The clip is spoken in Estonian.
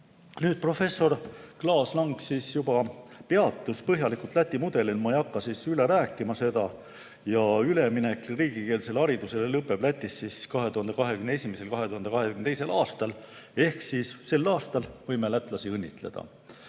keel. Professor Klaas-Lang juba peatus põhjalikult Läti mudelil, ma ei hakka seda üle rääkima. Üleminek riigikeelsele haridusele lõpeb Lätis 2021/2022. aastal, ehk siis sel aastal võime lätlasi õnnitleda.